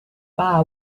bar